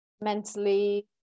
mentally